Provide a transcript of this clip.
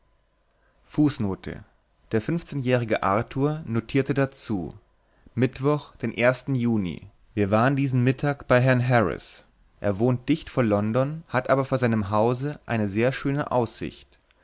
der fünfzehnjährige arthur notierte dazu mittwoch den juni wir waren diesen mittag bey hrn harris er wohnt dicht vor london hat aber von seinem hause eine sehr schöne aussicht